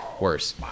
worse